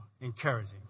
encouraging